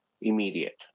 immediate